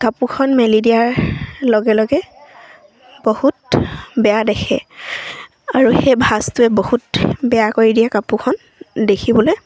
কাপোৰখন মেলি দিয়াৰ লগে লগে বহুত বেয়া দেখে আৰু সেই ভাঁজটোৱে বহুত বেয়া কৰি দিয়ে কাপোৰখন দেখিবলৈ